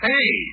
Hey